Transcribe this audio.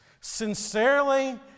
sincerely